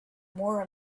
more